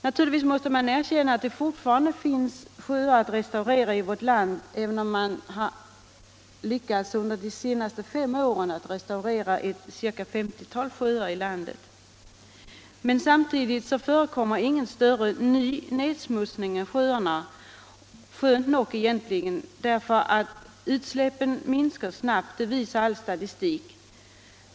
Naturligtvis måste man erkänna att det fortfarande finns sjöar att restaurera i vårt land, även om man under de senaste fem åren lyckats restaurera ett 50-tal. Emellertid förekommer det ingen större ny nedsmutsning av sjöar. Utsläppen minskar nämligen snabbt, det visar all statistik.